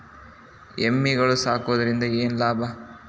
ಎಮ್ಮಿಗಳು ಸಾಕುವುದರಿಂದ ಏನು ಲಾಭ?